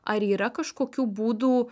ar yra kažkokių būdų